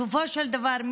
בסופו של דבר,